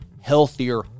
healthier